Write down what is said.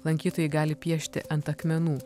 lankytojai gali piešti ant akmenų